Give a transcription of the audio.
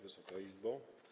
Wysoka Izbo!